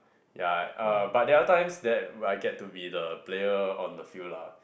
ya uh but there are other times that I get to be the player on the field lah